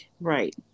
Right